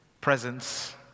presence